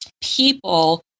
people